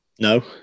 No